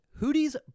Hootie's